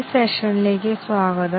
ഈ സെഷനിലേക്ക് സ്വാഗതം